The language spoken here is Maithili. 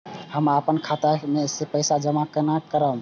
हम अपन खाता मे पैसा जमा केना करब?